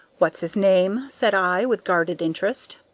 what's his name? said i, with guarded interest.